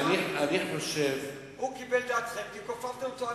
הוא קיבל את דעתכם כי כופפתם אותו.